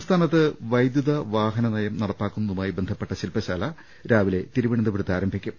സംസ്ഥാനത്ത് വൈദ്യുത വാഹന നയം നടപ്പാക്കുന്നതുമായി ബന്ധപ്പെട്ട ശില്പശാല രാവിലെ തിരുവനന്തപുരത്ത് ആരംഭിക്കും